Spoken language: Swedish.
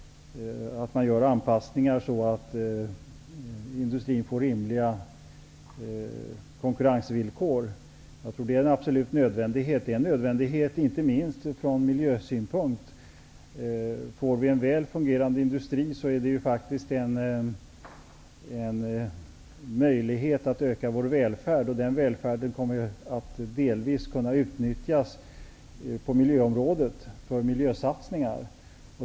Man måste göra anpassningar så, att det blir rimliga konkurrensvillkor för industrin. Det är en absolut nödvändighet, inte minst från miljösynpunkt. Om vi har en väl fungerande industri, är det möjligt att öka vår välfärd, och denna välfärd kommer delvis att kunna utnyttjas för miljösatsningar.